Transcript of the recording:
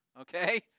okay